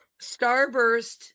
starburst